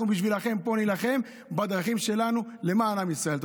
אנחנו נילחם פה בשבילכם בדרכים שלנו למען עם ישראל.